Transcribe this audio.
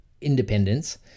independence